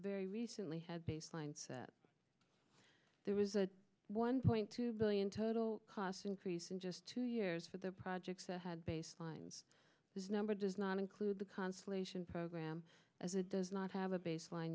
very recently had baseline set there was a one point two billion total cost increase in just two years for the projects that had baselines this number does not include the constellation program as it does not have a baseline